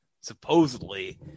supposedly